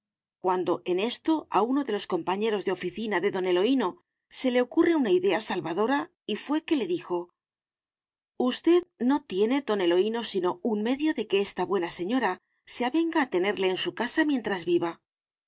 cuando en esto a uno de los compañeros de oficina de don eloíno se le ocurre una idea salvadora y fué que le dijo usted no tiene don eloíno sino un medio de que esta buena señora se avenga a tenerle en su casa mientras viva